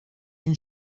این